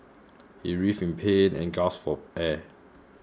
he writhed in pain and gasped for air